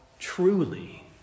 Truly